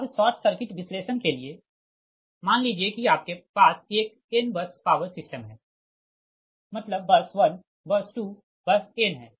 अब short circuit विश्लेषण के लिए मान लीजिए कि आपके पास एक n बस पावर सिस्टम है मतलब बस 1 बस 2 बस n है